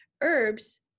Herbs